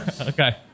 Okay